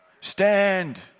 Stand